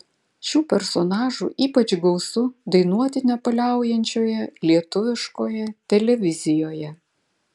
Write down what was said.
šių personažų ypač gausu dainuoti nepaliaujančioje lietuviškoje televizijoje